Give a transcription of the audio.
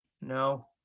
No